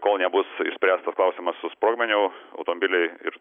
kol nebus išspręstas klausimas su sprogmeniu automobiliai ir